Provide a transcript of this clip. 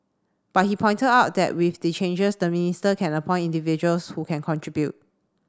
but he pointed out that with the changes the minister can appoint individuals who can contribute